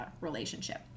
relationship